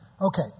Okay